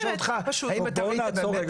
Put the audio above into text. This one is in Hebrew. אני רוצה לשאול אותך --- בוא נעצור רגע,